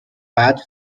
patch